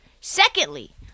Secondly